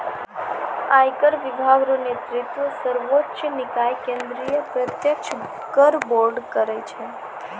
आयकर विभाग रो नेतृत्व सर्वोच्च निकाय केंद्रीय प्रत्यक्ष कर बोर्ड करै छै